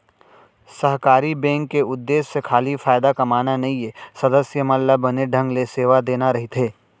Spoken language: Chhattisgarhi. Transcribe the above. सहकारी बेंक के उद्देश्य खाली फायदा कमाना नइये, सदस्य मन ल बने ढंग ले सेवा देना रइथे